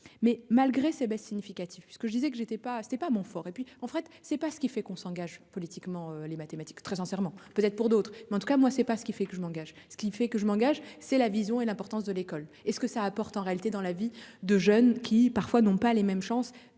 Mais malgré ces baisses significatives, ce que je disais que j'étais pas, c'était pas mon fort. Et puis en fait c'est pas ce qui fait qu'on s'engage politiquement les mathématiques. Très sincèrement, peut-être pour d'autres, mais en tout cas moi c'est pas ce qui fait que je m'engage, ce qui fait que je m'engage, c'est la vision et l'importance de l'école, est ce que ça apporte en réalité dans la vie de jeunes qui parfois n'ont pas les mêmes chances